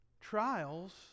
trials